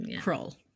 crawl